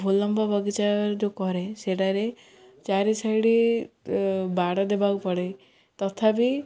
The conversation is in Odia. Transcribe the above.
ଭୁଲମ୍ବ ବଗିଚାରେ ଯେଉଁ କରେ ସେଟାରେ ଚାରି ସାଇଡ଼୍ ବାଡ଼ ଦେବାକୁ ପଡ଼େ ତଥାପି